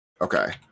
Okay